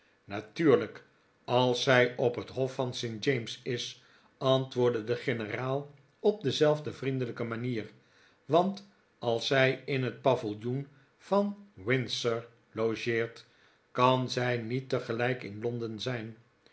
natuurlijk als zij op het hof van st james is antwoordde de generaal op dezelfde vriendelijke manier want als zij in het paviljoen van windsor logeert kan zij niet tegelijkertijd in londen zijn